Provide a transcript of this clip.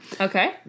Okay